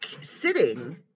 sitting